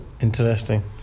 Interesting